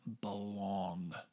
belong